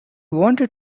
wanted